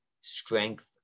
strength